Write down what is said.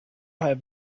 have